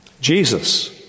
Jesus